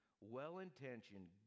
well-intentioned